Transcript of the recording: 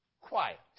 quiet